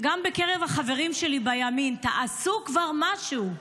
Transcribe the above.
גם בקרב החברים שלי בימין: תעשו כבר משהו,